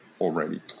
already